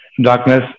darkness